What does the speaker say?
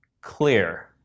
clear